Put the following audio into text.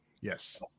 Yes